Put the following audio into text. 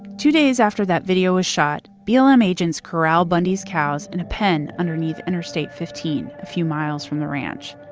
two days after that video is shot, blm um agents corral bundys' cows in a pen underneath interstate fifteen a few miles from the ranch.